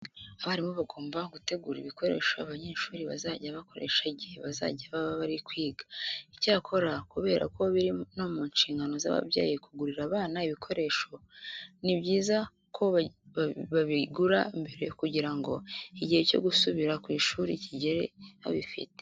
Abarimu bagomba gutegura ibikoresho abanyeshuri bazajya bakoresha igihe bazajya baba bari kwiga. Icyakora kubera ko biri no mu nshingano z'ababyeyi kugurira abana ibikoresho, ni byiza ko babigura mbere kugira ngo igihe cyo gusubira ku ishuri kigere babifite.